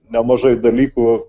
nemažai dalykų